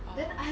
oh